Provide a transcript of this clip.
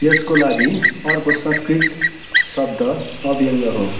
यसको लागि अर्को संस्कृत शब्द अव्यङ्ग हो